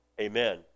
amen